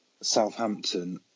Southampton